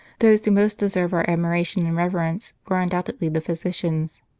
those who most deserve our admiration and reverence were undoubtedly the physicians.